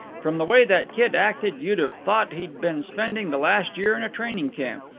from the way that kid acted you'd have thought he'd been spending the last year in a training-camp.